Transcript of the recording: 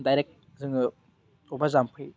direct जोङो बबेबा जाम्फै